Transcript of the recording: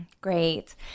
Great